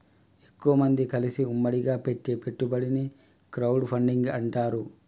ఎక్కువమంది కలిసి ఉమ్మడిగా పెట్టే పెట్టుబడిని క్రౌడ్ ఫండింగ్ అంటారు